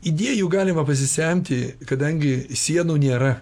idėjų galima pasisemti kadangi sienų nėra